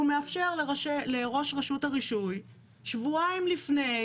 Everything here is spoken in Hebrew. הוא מאפשר לראש רשות הרישוי שבועיים לפני